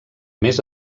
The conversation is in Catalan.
més